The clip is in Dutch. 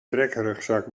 trekrugzak